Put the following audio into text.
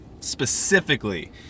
specifically